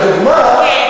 לדוגמה,